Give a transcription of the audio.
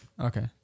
Okay